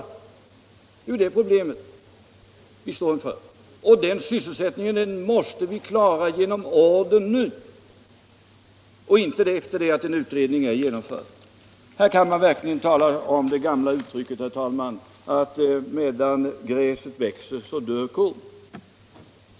Det är ju det problemet vi står inför, och den sysselsättningen måste klaras genom order nu, inte efter det att en utredning är genomförd. Här kan man verkligen använda det gamla uttrycket, herr talman, att medan gräset växer dör kon.